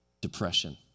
depression